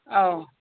ꯑꯧ